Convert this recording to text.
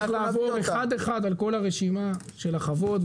צריך לעבור אחד אחד על כל הרשימה של החוות,